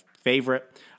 favorite